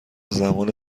زمان